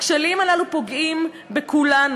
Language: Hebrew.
הכשלים הללו פוגעים בכולנו,